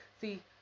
See